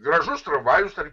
gražus tramvajus ar